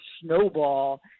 snowball